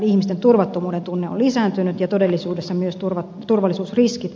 ihmisten turvattomuuden tunne on lisääntynyt ja todellisuudessa myös turvallisuusriskit